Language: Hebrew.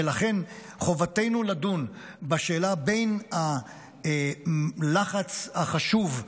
ולכן חובתנו לדון בשאלה בין הלחץ החשוב,